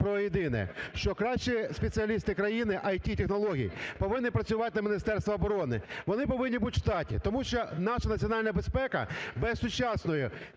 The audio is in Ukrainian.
що кращі спеціалісти країни ІТ-технологій повинні працювати на Міністерство оборони, вони повинні бути в штаті. Тому що наша національна безпека без сучасної